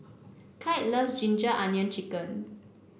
Clide loves ginger onion chicken